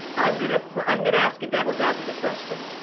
i'm gonna um gonna ask a devil's advocate question,